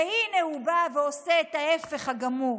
והינה הוא בא ועושה את ההפך הגמור.